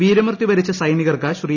വീരമൃത്യു വരിച്ച സൈനികർക്ക് ശ്രീ